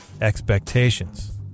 expectations